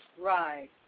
Right